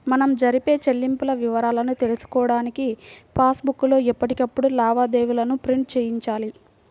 మనం జరిపే చెల్లింపుల వివరాలను తెలుసుకోడానికి పాస్ బుక్ లో ఎప్పటికప్పుడు లావాదేవీలను ప్రింట్ చేయించాలి